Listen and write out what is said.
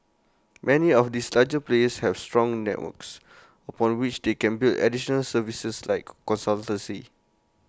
many of these larger players have strong networks upon which they can build additional services like consultancy